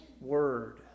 word